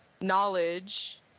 knowledge